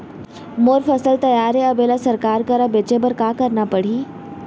मोर फसल तैयार हे अब येला सरकार करा बेचे बर का करना पड़ही?